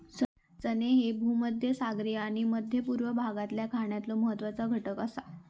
चणे ह्ये भूमध्यसागरीय आणि मध्य पूर्व भागातल्या खाण्यातलो महत्वाचो घटक आसा